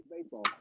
Baseball